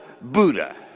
Buddha